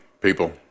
people